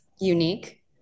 unique